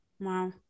wow